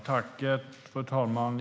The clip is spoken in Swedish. Fru talman!